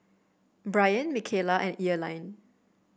Brien Michaela and Earline